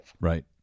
right